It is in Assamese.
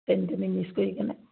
চেনি তেনি মিক্স কৰি কিনে